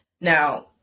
Now